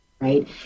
right